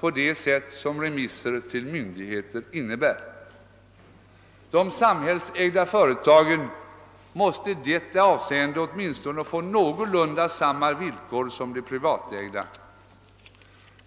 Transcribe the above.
på det sätt som remisser till myndigheter innebär. De samhällsägda företagen måste i detta avseende åtminstone få någorlunda samma villkor som de privatägda.